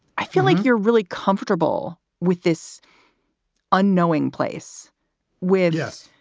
i feel like you're really comfortable with this unknowing place with. yes.